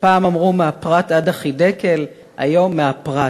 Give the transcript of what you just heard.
"פעם אמרו 'מהפרת עד החידקל', היום: מהפרט,